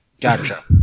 Gotcha